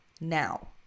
Now